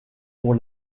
pour